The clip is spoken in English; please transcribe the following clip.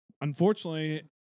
Unfortunately